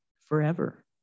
forever